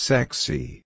Sexy